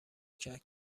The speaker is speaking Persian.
کرد